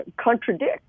contradict